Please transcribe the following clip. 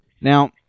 Now